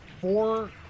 four